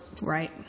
right